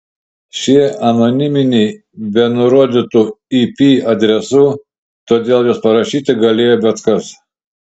šie anoniminiai be nurodytų ip adresų todėl juos parašyti galėjo bet kas